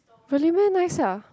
really meh nice ah